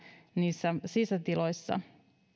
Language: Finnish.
niissä sisätiloissa